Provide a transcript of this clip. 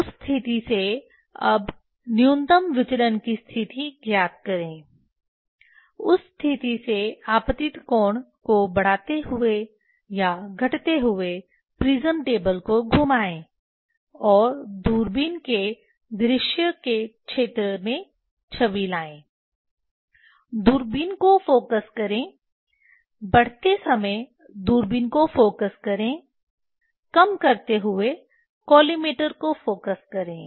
उस स्थिति से अब न्यूनतम विचलन की स्थिति ज्ञात करें उस स्थिति से आपतित कोण को बढ़ाते हुए या घटते हुए प्रिज्म टेबल को घुमाएं और दूरबीन के दृश्य के क्षेत्र में छवि लाएं दूरबीन को फोकस करें बढ़ते समय दूरबीन को फोकस करें कम करते हुए कॉलिमेटर को फोकस करें